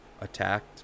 attacked